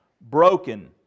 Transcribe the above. broken